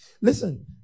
Listen